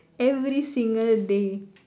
every single day